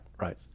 Right